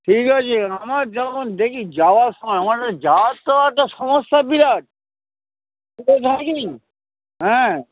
ঠিক আছে আমার যেমন দেখি যাওয়ার সময় আমার যাওয়ার সময় তো সমস্যা বিরাট হ্যাঁ